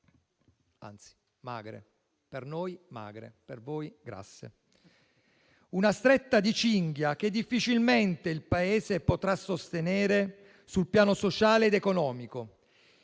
anzi, per noi magre, per voi grasse. È una stretta di cinghia che difficilmente il Paese potrà sostenere sul piano sociale ed economico,